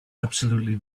absolutely